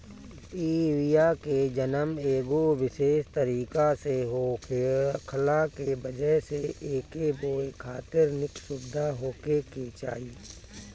इ बिया के जनम एगो विशेष तरीका से होखला के वजह से एके बोए खातिर निक सुविधा होखे के चाही